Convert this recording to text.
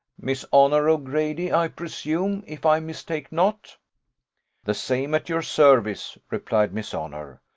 miss honour o'grady, i presume, if i mistake not the same, at your service replied miss honour.